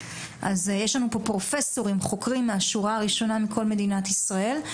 אז יש לנו פה פרופסורים חוקרים מהשורה הראשונה מכל מדינת ישראל,